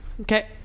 Okay